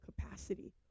capacity